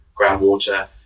groundwater